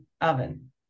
oven